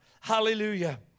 Hallelujah